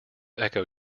echo